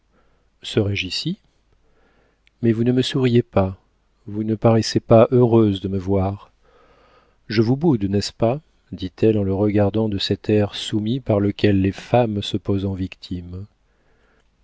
serais-je ici mais vous ne me souriez pas vous ne paraissez pas heureuse de me voir je vous boude n'est-ce pas dit-elle en le regardant de cet air soumis par lequel les femmes se posent en victimes